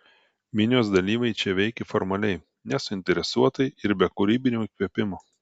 minios dalyviai čia veikė formaliai nesuinteresuotai ir be kūrybinio įkvėpimo